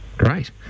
Great